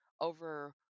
over